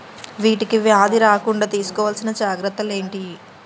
వీటికి వ్యాధి రాకుండా తీసుకోవాల్సిన జాగ్రత్తలు ఏంటియి?